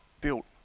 built